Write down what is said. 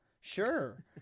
sure